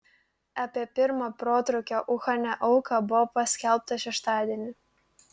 apie pirmą protrūkio uhane auką buvo paskelbta šeštadienį